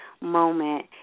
moment